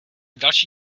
další